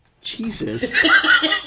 Jesus